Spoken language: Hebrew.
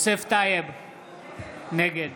נגד